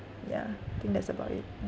ya I think that's about it